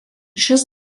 šis